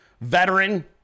veteran